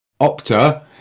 OPTA